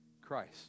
Christ